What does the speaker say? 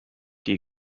die